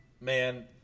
Man